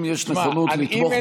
אם יש נכונות לתמוך,